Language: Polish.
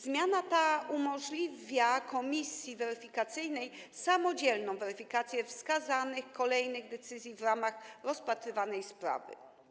Zmiana ta umożliwia komisji weryfikacyjnej samodzielną weryfikację wskazanych kolejnych decyzji w ramach rozpatrywanej sprawy.